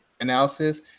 analysis